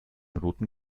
roten